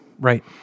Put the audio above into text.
Right